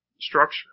structure